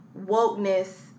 wokeness